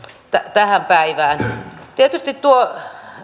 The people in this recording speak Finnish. tänä päivänä tietysti tuo